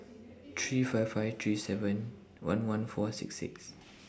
three five five three seven one one four six six